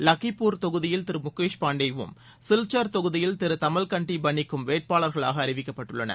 லக்கிபூர் தொகுதியில் திரு முகேஷ் பாண்டேவும் சில்சர் தொகுதியில் திரு தமல்கன்டி பனிக்கும் வேட்பாளராக அறிவிக்கப்பட்டுள்ளனர்